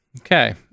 okay